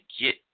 get